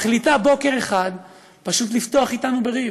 מחליטה בוקר אחד פשוט לפתוח איתנו בריב.